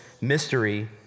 mystery